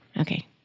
Okay